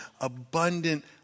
abundant